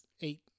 eight